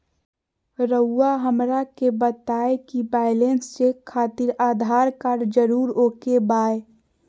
रउआ हमरा के बताए कि बैलेंस चेक खातिर आधार कार्ड जरूर ओके बाय?